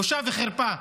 בושה וחרפה.